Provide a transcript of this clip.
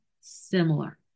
similar